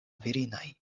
virinaj